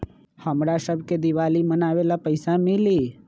हमरा शव के दिवाली मनावेला पैसा मिली?